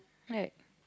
right